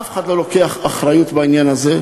אף אחד לא לוקח אחריות בעניין הזה,